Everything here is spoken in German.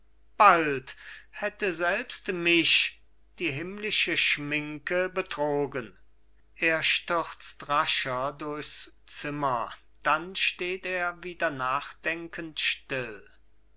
bald hätte selbst mich die himmlische schminke betrogen er stürzt rascher durchs zimmer dann steht er wieder nachdenkend still